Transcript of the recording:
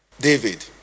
David